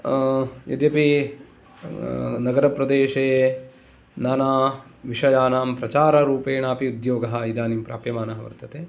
यद्यपि नगरप्रदेशे नानाविषयाणां प्रचाररूपेणापि उद्योगाः इदानीं प्राप्यमानः वर्तते